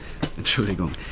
Entschuldigung